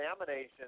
examination